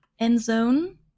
Endzone